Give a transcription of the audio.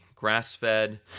grass-fed